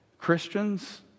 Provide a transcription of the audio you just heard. Christians